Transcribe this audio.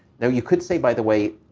now you could say, by the way,